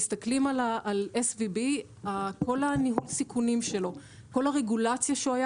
כל ניהול הסיכונים של SVB והרגולציה שהוא היה